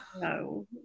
No